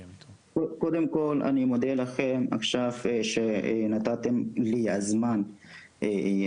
קודם כל אני מודה לכם עכשיו שנתתם לי את הזמן כאן.